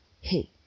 hey